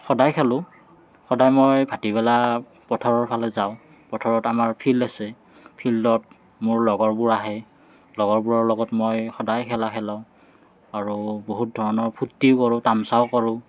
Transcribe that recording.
সদায় খেলোঁ সদায় মই ভাতি বেলা পথাৰৰ ফালে যাওঁ পথাৰত আমাৰ ফিল্ড আছে ফিল্ডত মোৰ লগৰবোৰ আহে লগৰবোৰৰ লগত মই সদায় খেলা খেলোঁ আৰু বহুত ধৰণৰ ফূৰ্ত্তিও কৰোঁ তামাছাও কৰোঁ